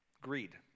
Greed